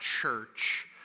church